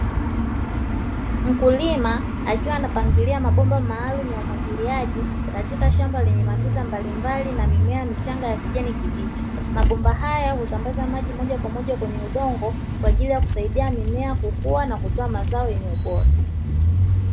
Mkulima akiwa anapangilia mabomba maalumu ya umwagiliaji katika shamba lenye matuta mbalimbali na mimea michanga ya kijani kibichi, mabomba haya husambaza maji moja kwa moja kwenye udongo kwa ajili ya kusaidia mimea kukua na kutoa mazao yenye ubora.